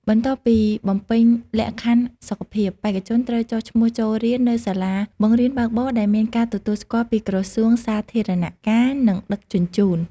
បន្ទាប់ពីបំពេញលក្ខខណ្ឌសុខភាព បេក្ខជនត្រូវចុះឈ្មោះចូលរៀននៅសាលាបង្រៀនបើកបរដែលមានការទទួលស្គាល់ពីក្រសួងសាធារណការ និងដឹកជញ្ជូន។